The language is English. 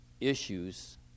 issues